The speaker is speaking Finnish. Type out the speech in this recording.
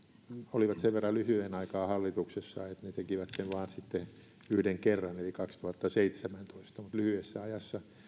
olivat sen verran lyhyen aikaa hallituksessa että he tekivät sen vain sitten yhden kerran eli kaksituhattaseitsemäntoista mutta lyhyessä ajassa